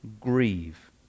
grieve